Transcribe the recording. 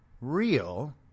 real